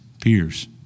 peers